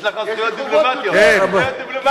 יש לך זכויות דיפלומטיות, זכויות דיפלומטיות.